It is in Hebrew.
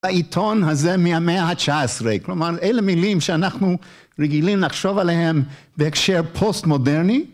העיתון הזה מהמאה ה-19, כלומר אלה מילים שאנחנו רגילים לחשוב עליהם בהקשר פוסט מודרני.